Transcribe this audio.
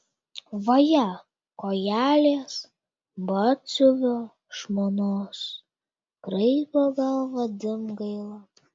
vaje kojelės batsiuvio žmonos kraipo galvą dimgaila